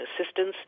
assistance